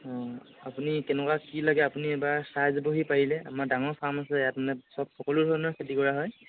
অঁ আপুনি কেনেকুৱা কি লাগে আপুনি এবাৰ চাই যাবহি পাৰিলে আমাৰ ডাঙৰ ফাৰ্ম আছে ইয়াত মানে চব সকলো ধৰণৰ খেতি কৰা হয়